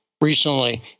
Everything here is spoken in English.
recently